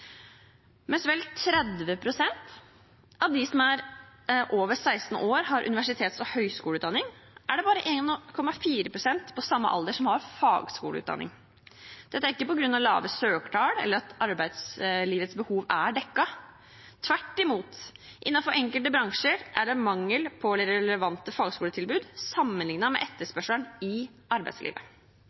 vel 30 pst. av dem som er over 16 år, har universitets- og høyskoleutdanning, er det bare 1,4 pst. på samme alder som har fagskoleutdanning. Dette er ikke på grunn av lave søkertall eller at arbeidslivets behov er dekket. Tvert imot, innenfor enkelte bransjer er det mangel på relevante fagskoletilbud sammenlignet med etterspørselen i arbeidslivet.